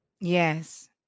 Yes